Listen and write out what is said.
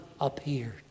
appeared